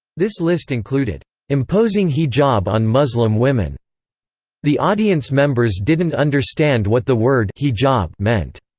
this list included imposing hijab on muslim women the audience members didn't understand what the word hijab meant.